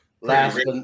last